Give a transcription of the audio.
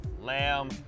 lamb